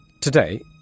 Today